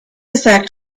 effect